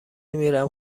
میرم